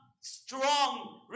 strong